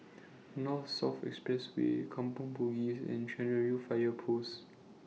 North South Expressway Kampong Bugis and Cairnhill Fire Post